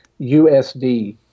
USD